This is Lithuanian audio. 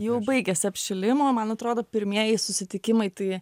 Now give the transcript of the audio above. jau baigėsi apšilimo man atrodo pirmieji susitikimai tai